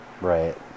right